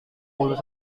puluh